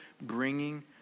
bringing